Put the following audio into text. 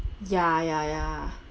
ya ya ya